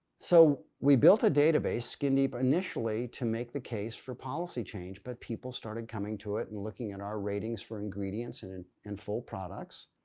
so we built a database skin deep initially to make the case for policy change but people started coming to it and looking at our ratings for ingredients and in and full products.